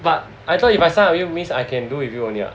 but I thought you if I sign up with you means I can do with you only ah